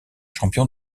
champion